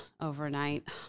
overnight